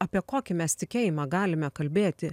apie kokį mes tikėjimą galime kalbėti